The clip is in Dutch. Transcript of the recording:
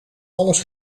alles